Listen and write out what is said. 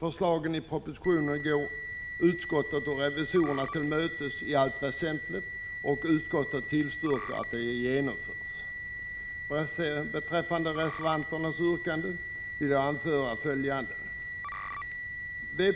Förslagen i propositionen går utskottet och revisorerna till mötes i allt väsentligt, och utskottet tillstyrker att de genomförs. Beträffande reservanternas yrkanden vill jag anföra följande.